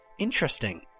Interesting